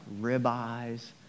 ribeyes